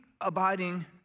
abiding